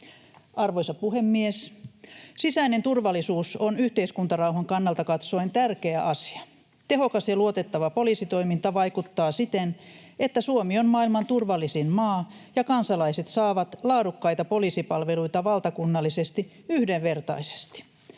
Arvoisa puhemies! Sisäinen turvallisuus on yhteiskuntarauhan kannalta katsoen tärkeä asia. Tehokas ja luotettava poliisitoiminta vaikuttaa siten, että Suomi on maailman turvallisin maa ja kansalaiset saavat laadukkaita poliisipalveluita valtakunnallisesti yhdenvertaisesti.